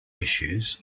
issues